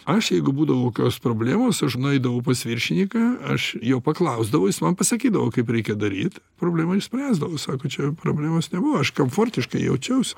aš jeigu būdavo tokios problemos aš nueidavau pas viršininką aš jo paklausdavo jis man pasakydavo kaip reikia daryt problemą išspręsdavo sako čia problemos nebuvo aš komfortiškai jaučiausi